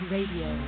Radio